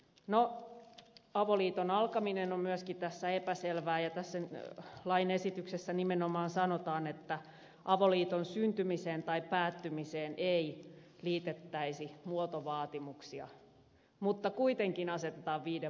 no avoliiton alkaminen on myöskin tässä epäselvää ja tässä lakiesityksessä nimenomaan sanotaan että avoliiton syntymiseen tai päättymiseen ei liitettäisi muotovaatimuksia mutta kuitenkin asetetaan viiden vuoden raja